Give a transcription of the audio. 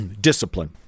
discipline